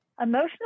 Emotional